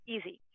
Easy